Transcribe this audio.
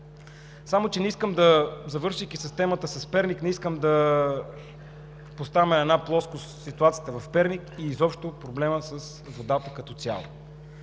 да понасят. Завършвайки с темата за Перник, не искам да поставяме на една плоскост ситуацията в Перник и изобщо проблема с водата като цяло.